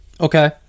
Okay